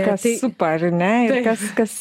kas supa ar ne ir kas kas